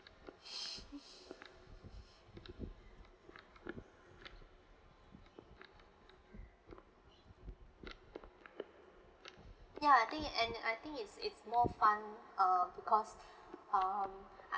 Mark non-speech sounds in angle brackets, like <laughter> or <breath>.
<breath> ya I think and I think it's it's more fun uh because um I